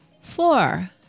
Four